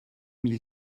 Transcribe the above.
mille